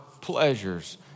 pleasures